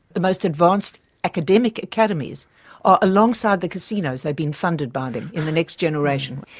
the most advanced academic academies, are alongside the casinos, they've been funded by them in the next generation.